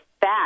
fat